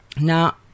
Now